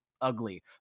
ugly